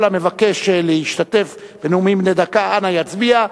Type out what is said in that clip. כל המבקש להשתתף בנאומים בני דקה, אנא יצביע.